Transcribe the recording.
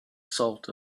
salt